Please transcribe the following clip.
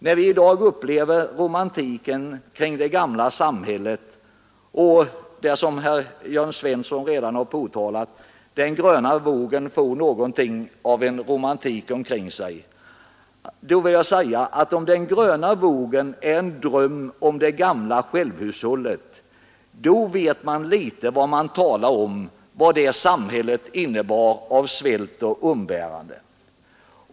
När man i dag upplever romantiken kring det gamla samhället — som herr Jörn Svensson redan har påtalat — och den gröna vågen får något av romantik omkring sig, då vill jag säga att om den gröna vågen är en dröm om det gamla självhushållet, då vet man mycket litet vad man talar om och vad det samhället innebar av svält och umbäranden.